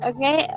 Okay